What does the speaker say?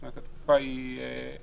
זאת אומרת, התקופה היא 24